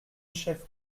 chef